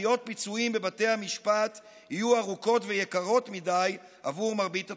תביעות פיצויים בבתי המשפט יהיו ארוכות ויקרות מדי עבור מרבית התושבים.